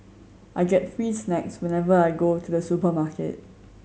I get free snacks whenever I go to the supermarket